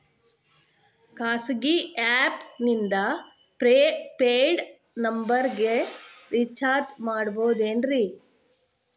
ಖಾಸಗಿ ಆ್ಯಪ್ ನಿಂದ prepaid ನಂಬರಿಗ ರೇಚಾರ್ಜ್ ಮಾಡಬಹುದೇನ್ರಿ?